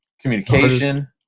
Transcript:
Communication